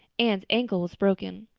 anne's ankle was broken.